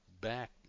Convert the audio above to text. back